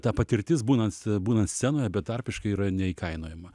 ta patirtis būnan būnant scenoje betarpiškai yra neįkainojama